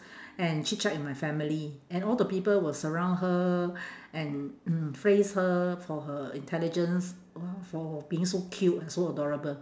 and chit-chat with my family and all the people will surround her and mm praise her for her intelligence for being so cute and so adorable